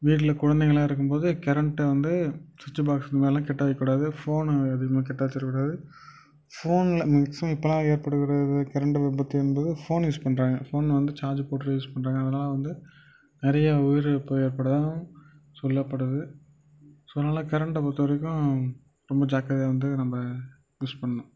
வீட்டில் குழந்தைங்கள்லாம் இருக்கும்போது கரண்ட்டை வந்து சுவிச்சிபாக்ஸ்மேரில்லாம் கிட்டவைக்கக்கூடாது ஃபோன்னு வந்து எதுவுமே கிட்டவச்சுருக்கக்கூடாது ஃபோனில் மேக்சிமம் இப்பெல்லாம் ஏற்படுகிறது கரண்டு விபத்து என்பது ஃபோன்னு யூஸ் பண்ணுறாங்க ஃபோன்னு வந்து சார்ஜ் போட்டுவிட்டு யூஸ் பண்ணுறாங்க அதனால வந்து நிறைய உயிரிழப்பு ஏற்படுதாம் சொல்லப்படுது ஸோ அதனால கரண்ட பொறுத்தவரைக்கும் ரொம்ப ஜாக்கிரதையாக வந்து நம்ப யூஸ் பண்ணணும்